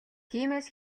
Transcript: тиймээс